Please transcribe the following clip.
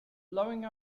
blowing